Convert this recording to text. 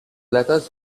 letters